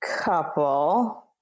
couple